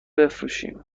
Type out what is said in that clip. بفروشیم